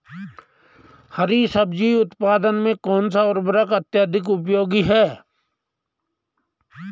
हरी सब्जी उत्पादन में कौन सा उर्वरक अत्यधिक उपयोगी है?